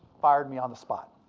fired me on the spot.